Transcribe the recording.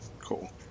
cool